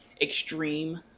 extreme